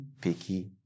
picky